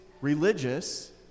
religious